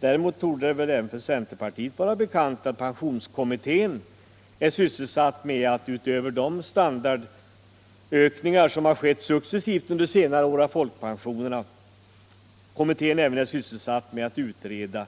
Däremot torde det även för centerpartiet vara bekant att pensionskommittén utöver de standardökningar av folkpensionerna som har skett successivt under senare år är sysselsatt med att utreda